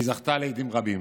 והיא זכתה להדים רבים.